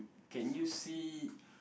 can you see